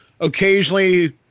occasionally